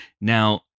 Now